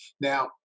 Now